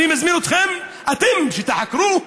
אני מזמין אתכם, אתם, שתחקרו ותבדקו.